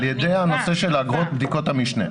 על ידי הנושא של אגרות בדיקות המשנה.